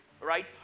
right